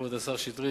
כבוד השר שטרית,